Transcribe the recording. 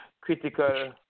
critical